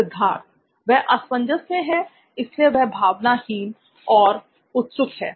सिद्धार्थ वह असमंजस में है इसलिए वह भावना हीन और उत्सुक है